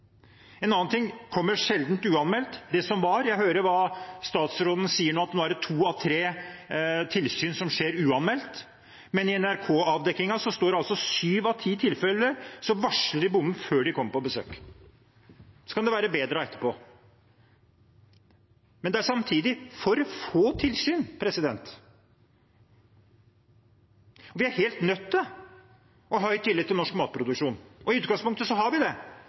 En annen ting er at Mattilsynet sjelden kommer uanmeldt. Jeg hører hva statsråden sier, at to av tre tilsyn skjer uanmeldt, men i NRK-avdekkingen står det at de i sju av ti tilfeller varsler bonden før de kommer på besøk. Så kan det være bedre etterpå, men det er samtidig for få tilsyn. Vi er helt nødt til å ha høy tillit til norsk matproduksjon, og i utgangspunktet har vi det.